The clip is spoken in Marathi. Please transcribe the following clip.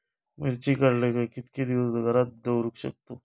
मिर्ची काडले काय कीतके दिवस घरात दवरुक शकतू?